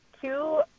two